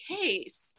case